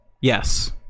yes